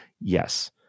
Yes